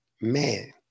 man